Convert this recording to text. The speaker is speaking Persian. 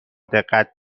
دقت